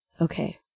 okay